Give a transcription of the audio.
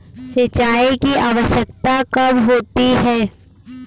सिंचाई की आवश्यकता कब होती है?